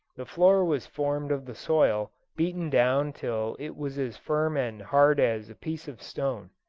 the floor was formed of the soil, beaten down till it was as firm and hard as a piece of stone.